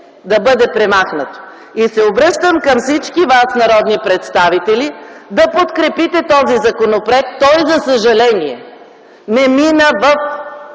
да бъде премахнато? Обръщам се към всички вас, народни представители, да подкрепите този законопроект. Той за съжаление не мина в